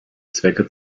zwecke